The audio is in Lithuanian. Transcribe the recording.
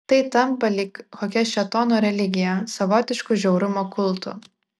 tai tampa lyg kokia šėtono religija savotišku žiaurumo kultu